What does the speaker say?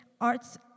Art's